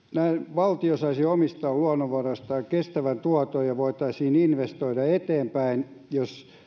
valtio saisi omista luonnonvaroistaan kestävän tuoton ja voitaisiin investoida eteenpäin jos